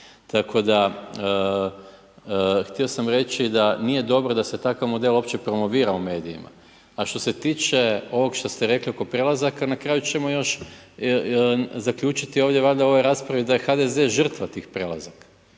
Tako da, htio sam reći da nije dobro da se takav model uopće promovira u medijima. A što se tiče ovog što ste rekli oko prelazaka na kraju ćemo još zaključiti ovdje valjda u ovoj raspravi da je HDZ žrtva tih prelazaka.